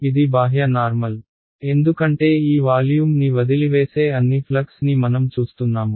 ఇది బాహ్య నార్మల్ ఎందుకంటే ఈ వాల్యూమ్ని వదిలివేసే అన్ని ఫ్లక్స్ని మనం చూస్తున్నాము